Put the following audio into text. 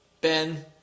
Ben